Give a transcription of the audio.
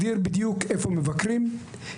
דרך אגב,